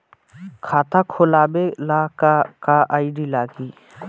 खाता खोलाबे ला का का आइडी लागी?